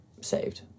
saved